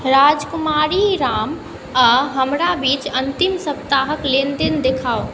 राजकुमारी राम आ हमरा बीच अंतिम सप्ताहक लेनदेन देखाउ